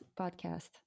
podcast